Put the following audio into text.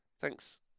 thanks